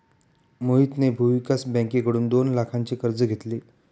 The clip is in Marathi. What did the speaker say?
मोहितने भूविकास बँकेकडून दोन लाखांचे कर्ज घेतले